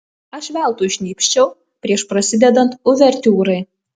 aš veltui šnypščiau prieš prasidedant uvertiūrai